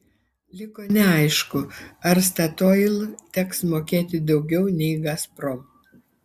liko neaišku ar statoil teks mokėti daugiau nei gazprom